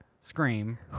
scream